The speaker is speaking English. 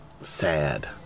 sad